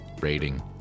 Rating